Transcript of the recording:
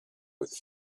with